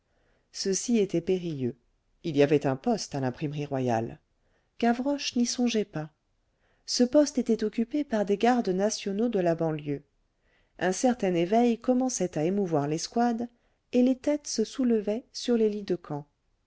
ceci était périlleux il y avait un poste à l'imprimerie royale gavroche n'y songeait pas ce poste était occupé par des gardes nationaux de la banlieue un certain éveil commençait à émouvoir l'escouade et les têtes se soulevaient sur les lits de camp